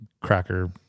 cracker